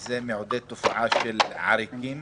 זה מעודד תופעה של עריקים.